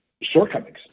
shortcomings